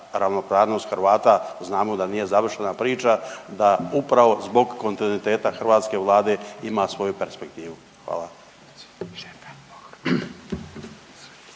ravnopravnost Hrvata, znamo da nije završena priča da upravo zbog kontinuiteta hrvatske vlade ima svoju perspektivu. Hvala.